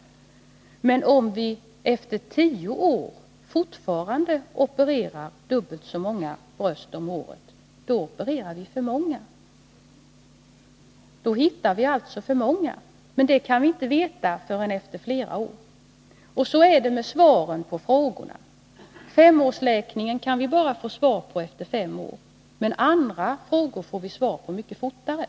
Men om vi efter tio år fortfarande opererar dubbelt så många bröst om året, då opererar vi för många, då hittar vi alltså för många. Men det kan vi inte veta förrän efter flera år. Och på samma sätt förhåller det sig med svaren på frågorna. Femårsläkningen kan vi bara få svar på efter fem år, men andra frågor får vi svar på mycket fortare.